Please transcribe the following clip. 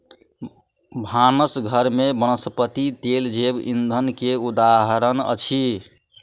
भानस घर में वनस्पति तेल जैव ईंधन के उदाहरण अछि